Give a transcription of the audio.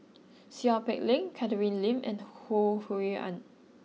Seow Peck Leng Catherine Lim and Ho Rui An